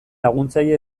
laguntzaile